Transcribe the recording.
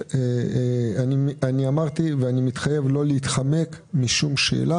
--- אני אמרתי ואני מתחייב לא להתחמק משום שאלה,